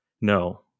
No